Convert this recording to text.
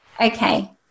Okay